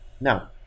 Now